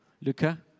Luca